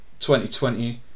2020